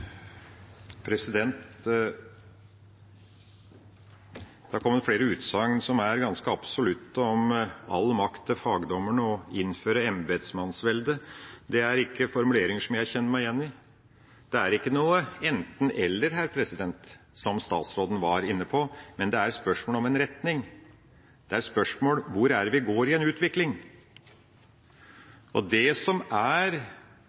ganske absolutte, om all makt til fagdommerne og å innføre embetsmannsvelde. Det er ikke formuleringer som jeg kjenner meg igjen i. Det er ikke noe enten–eller her, som statsråden var inne på, men det er spørsmål om en retning. Det er spørsmål om hvor vi går, om utviklinga. Og det som er